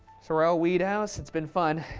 sorrel-weed house, it's been fun.